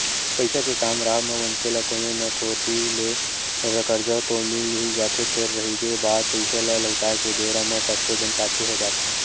पइसा के काम राहब म मनखे ल कोनो न कोती ले करजा तो मिल ही जाथे फेर रहिगे बात पइसा ल लहुटाय के बेरा म कतको झन पाछू हो जाथे